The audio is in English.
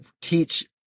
teach